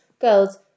girls